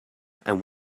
and